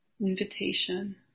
invitation